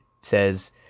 says